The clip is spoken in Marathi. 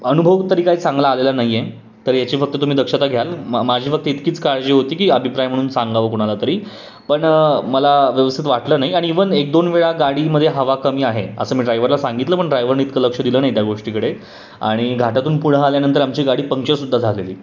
अनुभव तरी काय चांगला आलेला नाही आहे तर याची फक्त तुम्ही दक्षता घ्याल मा माझी फक्त इतकीच काळजी होती की अभिप्राय म्हणून सांगावं कोणाला तरी पण मला व्यवस्थित वाटलं नाही आणि इवन एक दोन वेळा गाडीमध्ये हवा कमी आहे असं मी ड्रायवरला सांगितलं पण ड्रायव्हरने इतकं लक्ष दिलं नाही त्या गोष्टीकडे आणि घाटातून पुढं आल्यानंतर आमची गाडी पंक्चर सुद्धा झालेली